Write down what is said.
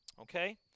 Okay